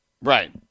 Right